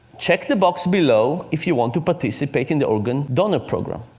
check the box below if you want to participate in the organ donor program.